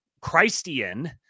Christian